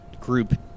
group